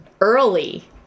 early